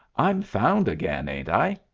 i'm found again, ain't i?